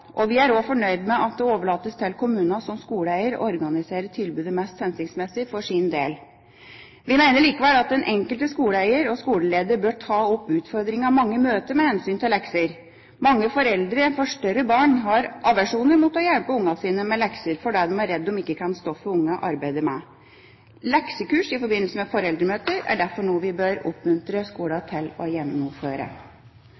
Og vi er også fornøyd med at det overlates til kommunene som skoleeiere å organisere tilbudet mest hensiktsmessig for sin del. Vi mener likevel at den enkelte skoleeier og skoleleder bør ta opp utfordringene som mange møter med hensyn til lekser. Mange foreldre til større barn har aversjon mot å hjelpe barna sine med lekser, fordi de er redd de ikke kan det stoffet som barna arbeider med. Leksekurs i forbindelse med foreldremøter er derfor noe vi bør oppmuntre